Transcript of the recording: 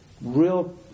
real